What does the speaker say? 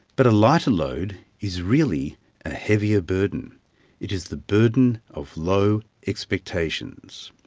but a lighter load is really a heavier burden it is the burden of low expectations.